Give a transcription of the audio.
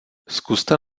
zkuste